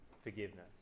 forgiveness